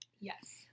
Yes